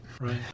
right